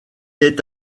est